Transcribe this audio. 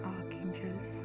Archangels